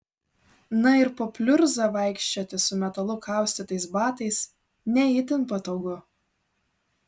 na ir po pliurzą vaikščioti su metalu kaustytais batais ne itin patogu